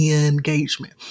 engagement